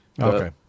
Okay